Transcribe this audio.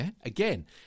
Again